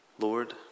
Lord